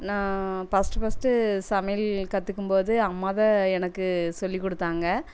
நான் first first சமையல் கத்துக்கும் போது அம்மா தான் எனக்கு சொல்லிக் கொடுத்தாங்க